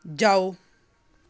ਜਾਓ